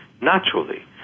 naturally